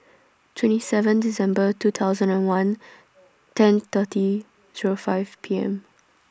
twenty seven December two thousand and one ten thirty Zero five P M